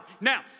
Now